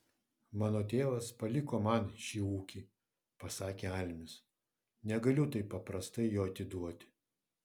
mano tėvas paliko man šį ūkį pasakė almis negaliu taip paprastai jo atiduoti